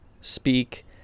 speak